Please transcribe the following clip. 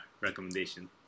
recommendation